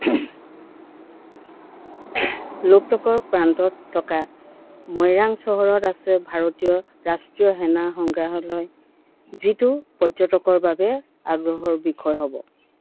লোকটকৰ প্ৰান্তত থকা মইৰাং চহৰত আছে ভাৰতীয় ৰাষ্ট্ৰীয় সেনা সংগ্ৰহালয় যিটো পৰ্যটকৰ বাবে আগ্ৰহৰ বিষয় হ'ব